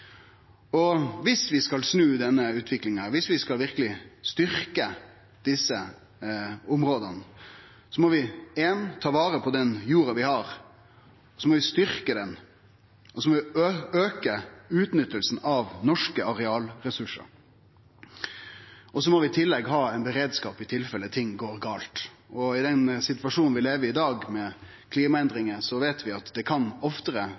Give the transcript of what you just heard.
Viss vi skal snu denne utviklinga, viss vi verkeleg skal styrkje desse områda, må vi ta vare på den jorda vi har, vi må styrkje ho, og så må vi auke utnyttinga av norske arealressursar. I tillegg må vi ha ein beredskap i tilfelle ting går gale. Og i den situasjonen vi lever i i dag, med klimaendringar, veit vi at det oftare og oftare